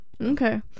Okay